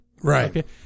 right